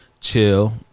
chill